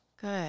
good